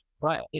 Right